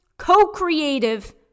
co-creative